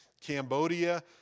Cambodia